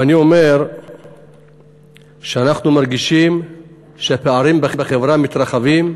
ואני אומר שאנחנו מרגישים שהפערים בחברה מתרחבים,